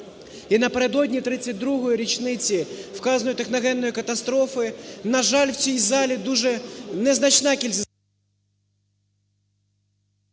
І напередодні 32-ї річниці вказаної техногенної катастрофи, на жаль, в цій залі дуже незначна кількість…